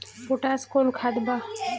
Potash कोउन खाद बा?